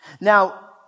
Now